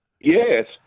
Yes